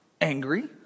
angry